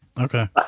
Okay